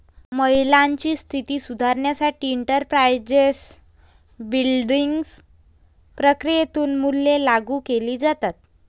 महिलांची स्थिती सुधारण्यासाठी एंटरप्राइझ बिल्डिंग प्रक्रियेतून मूल्ये लागू केली जातात